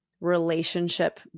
relationship